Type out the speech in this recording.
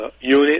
unit